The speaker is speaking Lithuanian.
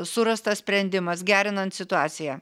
surastas sprendimas gerinant situaciją